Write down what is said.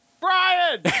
Brian